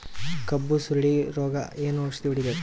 ಕಬ್ಬು ಸುರಳೀರೋಗಕ ಏನು ಔಷಧಿ ಹೋಡಿಬೇಕು?